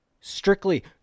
strictly